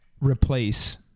replace